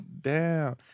down